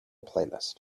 playlist